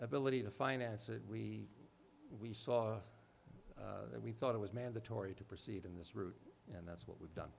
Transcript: ability to finance it we we saw we thought it was mandatory to proceed in this route that's what we've done